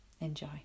Enjoy